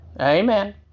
Amen